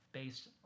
based